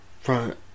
front